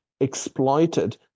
exploited